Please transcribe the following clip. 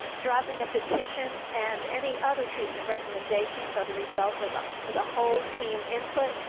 dropping a petition and any other treatment recommendations are the result of ah of a whole team input,